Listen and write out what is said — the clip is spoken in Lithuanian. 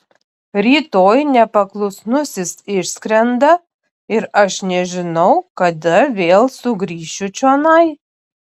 rytoj nepaklusnusis išskrenda ir aš nežinau kada vėl sugrįšiu čionai